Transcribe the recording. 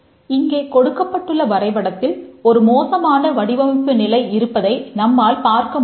இங்கே கொடுக்கப்பட்டுள்ள வரைபடத்தில் ஒரு மோசமான வடிவமைப்பு நிலை இருப்பதைப் நம்மால் பார்க்க முடிகிறது